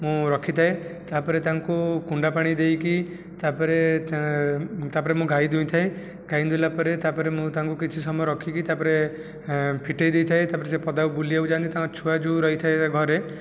ମୁଁ ରଖିଥାଏ ତା' ପରେ ତାଙ୍କୁ କୁଣ୍ଡା ପାଣି ଦେଇକି ତା' ପରେ ତା' ପରେ ମୁଁ ଗାଈ ଦୁହିଁ ଥାଏ ଗାଈ ଦୁହିଁଲା ପରେ ତା' ପରେ ମୁଁ ତାଙ୍କୁ କିଛି ସମୟ ରଖିକି ତା' ପରେ ଫିଟାଇ ଦେଇଥାଏ ତା' ପରେ ସେ ପଦାକୁ ବୁଲିବାକୁ ଯାଆନ୍ତି ତାଙ୍କର ଛୁଆ ଯେଉଁ ରହିଥାଏ ଘରେ